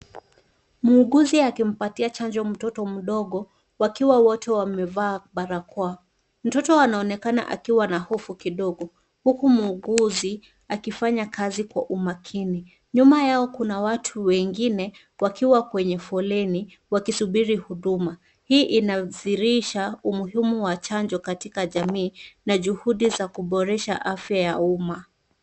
Muuguzi akimpatia chanjo mtoto mdogo wakiwa wote wamevaa barakoa. Mtoto anaonekana akiwa na hofu kidogo huku muuguzi akifanya kazi kwa umakini. Nyuma yao kuna watu wengine wakiwa kwenye foleni wakisubiri huduma. Hii inawasilisha umuhimu wa chanjo katika jamii na juhudi za kuboresha afya ya umma.